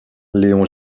léon